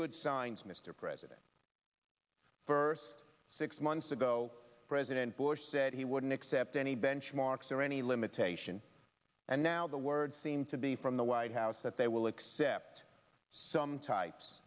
good signs mr president first six months ago president bush said he wouldn't accept any benchmarks or any limitation and now the word seemed to be from the white house that they will accept some types